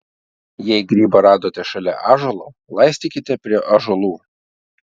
jei grybą radote šalia ąžuolo laistykite prie ąžuolų